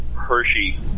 Hershey